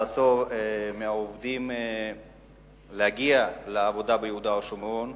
לאסור על עובדים להגיע לעבודה ביהודה ושומרון,